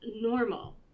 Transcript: normal